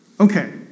Okay